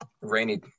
Rainy